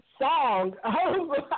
song